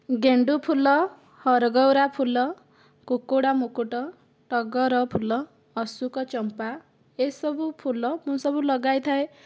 ଗେଣ୍ଡୁ ଫୁଲ ହରଗୌରା ଫୁଲ କୁକୁଡ଼ା ମୁକୁଟ ଟଗର ଫୁଲ ଅସୁକ ଚମ୍ପା ଏସବୁ ଫୁଲ ମୁଁ ସବୁ ଲଗାଇଥାଏ